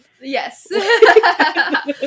yes